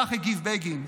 כך הגיב בגין: